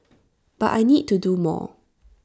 but I need to do more